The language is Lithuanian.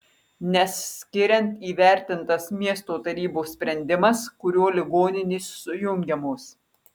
nes skiriant įvertintas miesto tarybos sprendimas kuriuo ligoninės sujungiamos